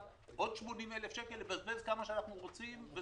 עוד 80,000 שקל לבזבז כמה שאנחנו רוצים.